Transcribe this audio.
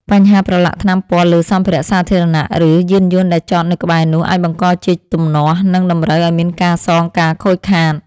បញ្ហាប្រឡាក់ថ្នាំពណ៌លើសម្ភារៈសាធារណៈ ឬយានយន្តដែលចតនៅក្បែរនោះ អាចបង្កជាទំនាស់ និងតម្រូវឱ្យមានការសងការខូចខាត។